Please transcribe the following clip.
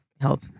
help